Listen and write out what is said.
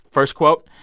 first quote,